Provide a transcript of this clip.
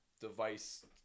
device